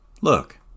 Look